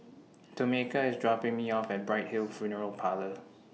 Tomeka IS dropping Me off At Bright Hill Funeral Parlour